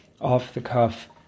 off-the-cuff